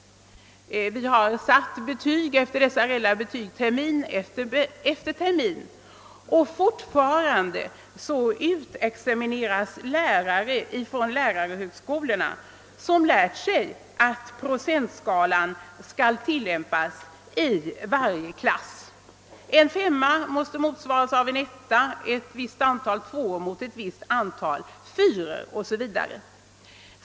Vi har satt dessa relativa betyg termin efter termin, och fortfarande utexamineras från lärarhögskolorna lärare som lärt sig att procentskalan skall tillämpas i varje klass. En femma måste motsvara en etta, ett visst antal tvåor skall motsvara ett visst antal fyror.